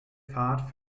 fahrt